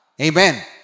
amen